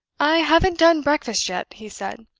i haven't done breakfast yet, he said.